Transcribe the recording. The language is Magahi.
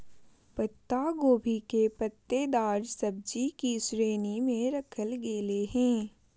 पत्ता गोभी के पत्तेदार सब्जि की श्रेणी में रखल गेले हें